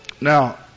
now